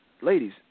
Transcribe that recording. ladies